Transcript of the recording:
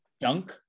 Dunk